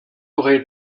aurait